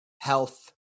health